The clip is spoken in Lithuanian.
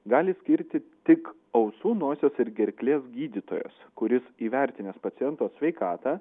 gali skirti tik ausų nosies ir gerklės gydytojas kuris įvertinęs paciento sveikatą